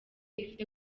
ifite